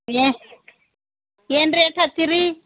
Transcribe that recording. A ಏನು rate ಹಚ್ಚೀರೀ